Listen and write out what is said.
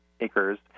acres